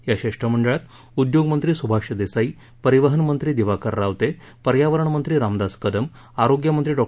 या शिष्टमंडळात उद्योगमंत्री सुभाष देसाई परिवहन मंत्री दिवाकर रावते पर्यावरण मंत्री रामदास कदम आरोग्यमंत्री डॉ